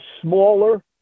smaller